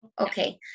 Okay